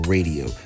Radio